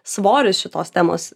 svoris šitos temos